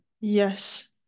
Yes